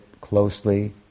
closely